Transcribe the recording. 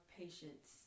patience